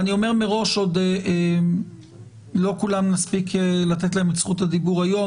ואני אומר מראש שלא לכולם נספיק לתת את זכות הדיבור היום.